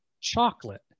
chocolate